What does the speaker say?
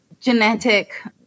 genetic